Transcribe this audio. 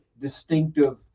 distinctive